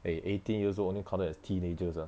eh eighteen years old only counted as teenagers ah